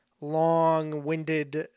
long-winded